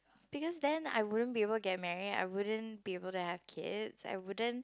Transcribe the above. because then I wouldn't be able to get married I wouldn't be able to have kids I wouldn't